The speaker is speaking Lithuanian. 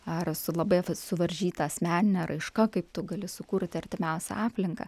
ar su labai suvaržyta asmeninė raiška kaip tu gali sukurti artimiausią aplinką